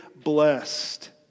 blessed